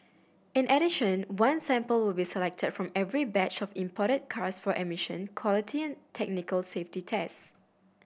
in addition one sample will be selected from every batch of imported cars for emission quality and technical safety tests